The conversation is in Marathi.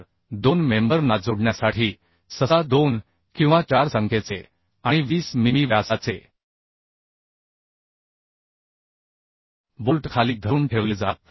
तर दोन मेंबर ना जोडण्यासाठी सहसा 2 किंवा 4 संख्येचे आणि 20 मिमी व्यासाचे बोल्ट खाली धरून ठेवले जातात